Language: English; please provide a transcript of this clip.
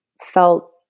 felt